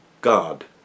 God